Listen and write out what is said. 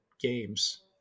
Games